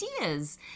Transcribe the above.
ideas